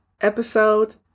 episode